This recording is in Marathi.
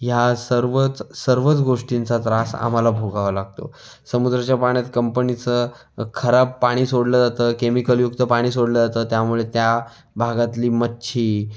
ह्या सर्वच सर्वच गोष्टींचा त्रास आम्हाला भोगावा लागतो समुद्राच्या पाण्यात कंपनीचं खराब पाणी सोडलं जातं केमिकलयुक्त पाणी सोडलं जातं त्यामुळे त्या भागातली मच्छी